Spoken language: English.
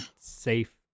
safe